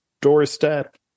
doorstep